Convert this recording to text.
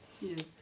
Yes